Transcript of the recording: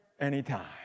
anytime